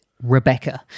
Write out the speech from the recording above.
Rebecca